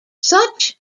such